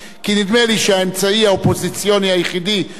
על מנת לברר נושאים הוא המערכת הזו.